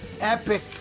epic